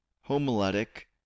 homiletic